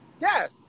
yes